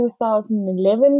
2011